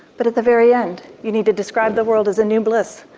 but at the very end. you need to describe the world as a new bliss.